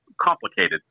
complicated